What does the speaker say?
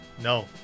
No